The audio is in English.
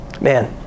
Man